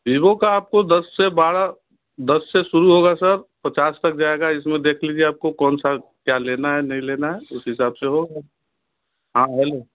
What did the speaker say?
Vivo का आपको दस से बारह दस से शुरू होगा सर पचास तक जाएगा इस में देख लीजिए आपको कौन सा क्या लेना है नहीं लेना है उस हिसाब से वो है